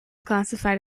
classified